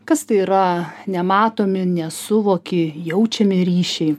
kas tai yra nematomi nesuvoki jaučiami ryšiai